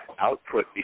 output